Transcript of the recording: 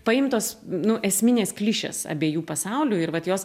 paimtos nu esminės klišės abiejų pasaulių ir vat jos